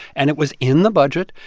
and it was in the budget,